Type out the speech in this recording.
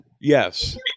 Yes